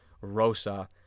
Rosa